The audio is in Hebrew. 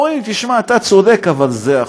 אמרו לי: תשמע, אתה צודק, אבל זה החוק.